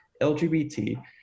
LGBT